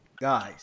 guys